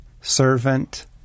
servant